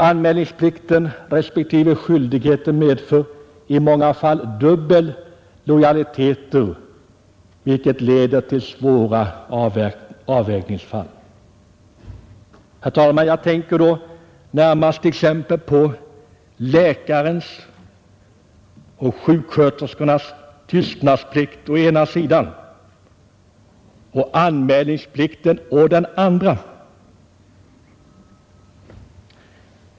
Anmälningsplikten respektive skyldigheten medför i många fall dubbla lojaliteter vilket leder till svåra avvägningsfall. Jag tänker då närmast på t.ex. läkares och sjuksköterskors tystnadsplikt å ena sidan och anmälningsplikt å den andra.